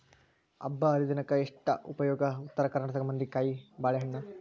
ಹಬ್ಬಾಹರಿದಿನಕ್ಕ ಅಷ್ಟ ಉಪಯೋಗ ಉತ್ತರ ಕರ್ನಾಟಕ ಮಂದಿಗೆ ಕಾಯಿಬಾಳೇಹಣ್ಣ